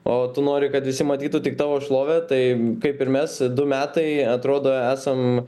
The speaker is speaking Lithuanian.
o tu nori kad visi matytų tik tavo šlovę tai kaip ir mes du metai atrodo esam